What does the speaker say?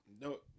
no